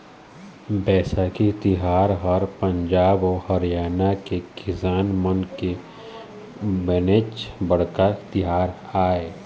बइसाखी तिहार ह पंजाब अउ हरियाणा के किसान मन के बनेच बड़का तिहार आय